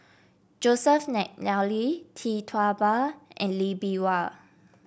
Joseph McNally Tee Tua Ba and Lee Bee Wah